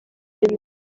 ibintu